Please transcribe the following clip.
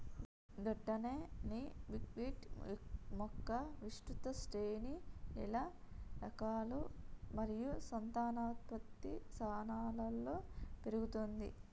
గట్లనే నీ బుక్విట్ మొక్క విస్తృత శ్రేణి నేల రకాలు మరియు సంతానోత్పత్తి స్థాయిలలో పెరుగుతుంది